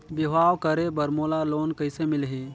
बिहाव करे बर मोला लोन कइसे मिलही?